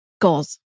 Goals